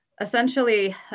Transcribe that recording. essentially